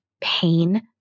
pain